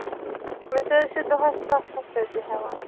أسۍ حظ چھِ دۄہَس سَتھ ہَتھ رۄپیہِ ہٮ۪وان